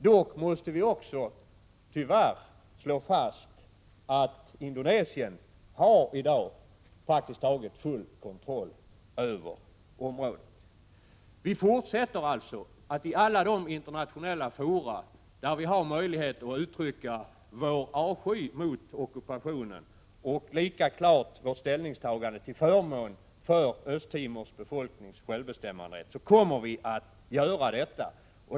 Vi måste tyvärr också slå fast att Indonesien i dag har praktiskt taget full kontroll över området. Vi fortsätter att i alla de internationella fora där vi har möjlighet att uttrycka oss framhålla vår avsky för ockupationen och vårt ställningstagande till förmån för Östra Timors befolknings självbestämmanderätt.